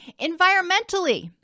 Environmentally